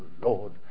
Lord